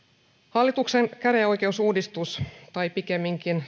hallituksen käräjäoikeusuudistus tai pikemminkin